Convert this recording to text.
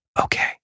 okay